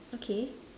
okay